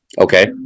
Okay